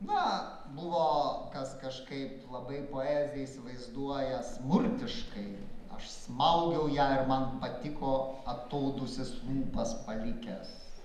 na buvo kas kažkaip labai poeziją įsivaizduoja smurtiškai aš smaugiau ją ir man patiko atodūsis lūpas palikęs